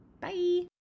Bye